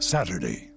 Saturday